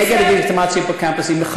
נגד הדה-לגיטימציה בקמפוסים, מצוין.